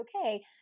okay